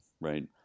right